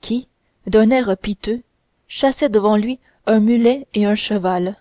qui d'un air piteux chassait devant lui un mulet et un cheval